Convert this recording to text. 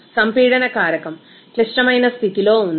సంపీడన కారకం క్లిష్టమైన స్థితిలో ఉంది